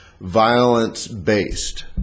violence-based